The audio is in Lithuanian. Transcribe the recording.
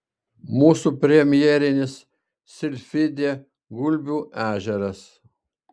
mūsų premjerinis silfidė gulbių ežeras